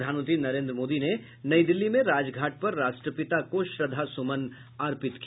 प्रधानमंत्री नरेंद्र मोदी ने नई दिल्ली में राजघाट पर राष्ट्रपिता को श्रद्धासुमन अर्पित किया